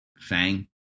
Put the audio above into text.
fang